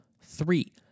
Three